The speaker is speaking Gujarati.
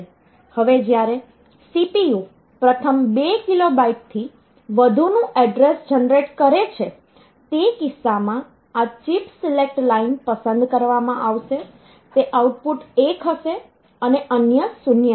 હવે જ્યારે CPU પ્રથમ 2 કિલોબાઈટથી વધુનું એડ્રેસ જનરેટ કરે છે તે કિસ્સામાં આ ચિપ સિલેક્ટ લાઇન પસંદ કરવામાં આવશે તે આઉટપુટ 1 હશે અને અન્ય 0 હશે